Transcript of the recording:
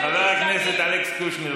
חבר הכנסת אלכס קושניר,